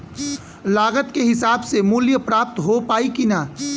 लागत के हिसाब से मूल्य प्राप्त हो पायी की ना?